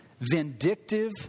vindictive